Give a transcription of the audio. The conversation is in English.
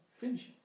Finish